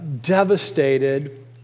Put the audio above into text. devastated